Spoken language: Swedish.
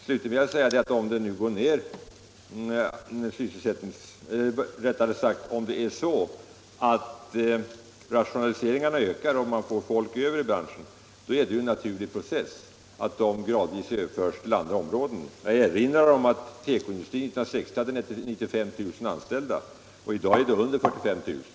Slutligen vill jag påpeka att om rationaliseringarna ökar och man får folk över i branschen, är det ju en naturlig process att de gradvis utan tvång överförs till andra områden. Jag erinrar om att tekoindustrin år 1960 hade 95 000 anställda och i dag har under 45 000.